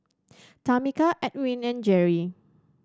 Tameka Edwin and Jeri